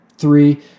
Three